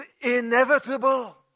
inevitable